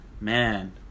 Man